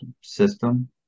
system